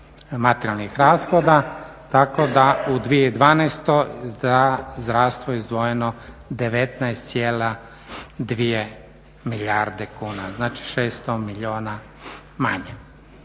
materijalnih rashoda, tako da u 2012. za zdravstvo izdvojeno 19,2 milijarde kuna, znači 600 milijuna manje.